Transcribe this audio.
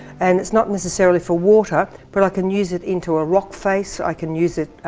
and it's not necessarily for water, but i can use it into a rock face, i can use it